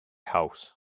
house